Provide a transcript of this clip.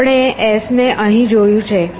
આપણે s ને અહીં જોયું છે